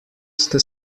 ste